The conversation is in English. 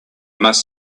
must